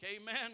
Amen